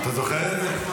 אתה זוכר את זה?